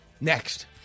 Next